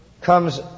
comes